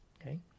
okay